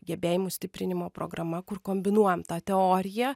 gebėjimų stiprinimo programa kur kombinuojam tą teoriją